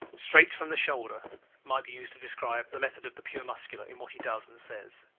straight from the shoulder might be used to describe the method of the pure muscular in what he does and says.